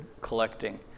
collecting